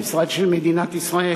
המשרד של מדינת ישראל.